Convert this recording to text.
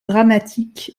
dramatique